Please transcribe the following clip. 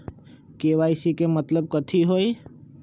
KYC के मतलब कथी होई?